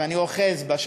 ואני אוחז בה,